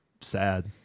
sad